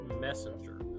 messenger